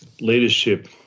leadership